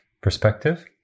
perspective